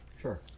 Sure